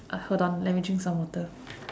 uh hold on let me drink some water